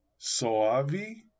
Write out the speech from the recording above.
Soavi